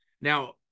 Now